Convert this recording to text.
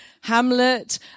hamlet